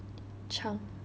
chang